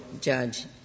judge